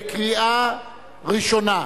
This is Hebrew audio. בקריאה ראשונה.